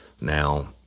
Now